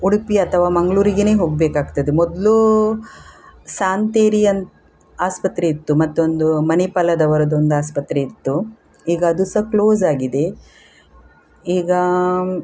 ಉಡುಪಿ ಅಥವಾ ಮಂಗಳೂರಿಗೇನೇ ಹೋಗಬೇಕಾಗ್ತದೆ ಮೊದಲು ಶಾಂತೇರಿ ಅಂತ ಆಸ್ಪತ್ರೆ ಇತ್ತು ಮತ್ತೊಂದು ಮನಿಪಾಲದವರದೊಂದು ಆಸ್ಪತ್ರೆ ಇತ್ತು ಈಗ ಅದು ಸಹ ಕ್ಲೋಸ್ ಆಗಿದೆ ಈಗ